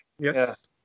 Yes